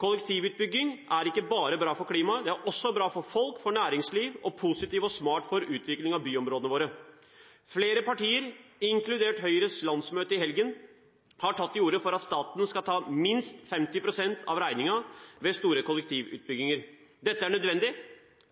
Kollektivutbygging er ikke bare bra for klimaet, det er også bra for folk og næringsliv og positivt og smart for utvikling av byområdene våre. Flere partier, inkludert Høyre på sitt landsmøte i helgen, har tatt til orde for at staten skal ta minst 50 pst. av regningen ved store kollektivutbygginger. Dette er nødvendig